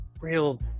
real